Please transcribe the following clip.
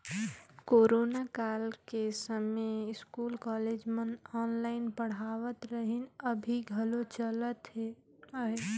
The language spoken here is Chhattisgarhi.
कोरोना कर समें इस्कूल, कॉलेज मन ऑनलाईन पढ़ावत रहिन, अभीं घलो चलत अहे